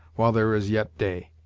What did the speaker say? while there is yet day.